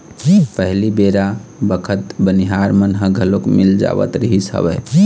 पहिली बेरा बखत बनिहार मन ह घलोक मिल जावत रिहिस हवय